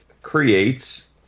creates